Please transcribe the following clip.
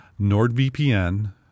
NordVPN